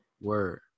Word